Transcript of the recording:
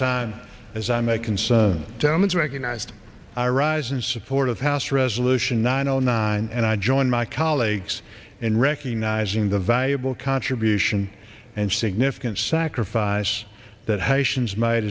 time as i may concern thomas recognized i rise in support of house resolution nine zero nine and i join my colleagues in recognizing the valuable contribution and significant sacrifice that haitians made